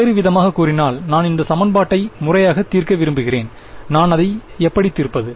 வேறுவிதமாகக் கூறினால் நான் இந்த சமன்பாட்டை முறையாக தீர்க்க விரும்புகிறேன் நான் அதை எப்படி தீர்ப்பது